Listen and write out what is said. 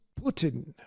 Putin